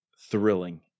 thrilling